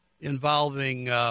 involving –